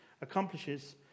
accomplishes